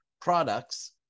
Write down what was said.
products